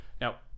Now